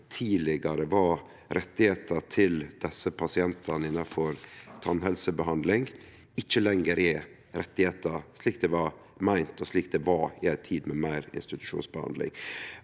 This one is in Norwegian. tidlegare var rettar til desse pasientane innafor tannhelsebehandling, ikkje lenger er rettar, slik det var meint, og slik det var i ei tid med meir institusjonsbehandling.